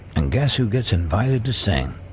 and guess who gets invited to sing.